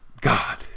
God